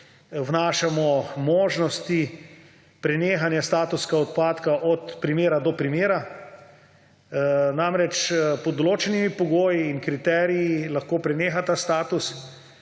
vnašamo možnosti prenehanja statusa odpadka od primera do primera. Namreč pod določenimi pogoji in kriteriji lahko preneha ta status.